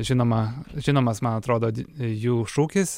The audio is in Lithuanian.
žinoma žinomas man atrodo jų šūkis